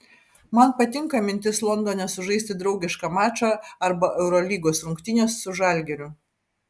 man patinka mintis londone sužaisti draugišką mačą arba eurolygos rungtynes su žalgiriu